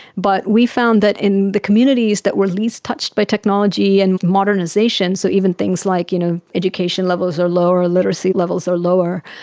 but we found that in the communities that were least touched by technology and modernisation, so even things like you know education levels are lower, literacy levels are lower,